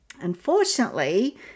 Unfortunately